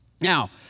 Now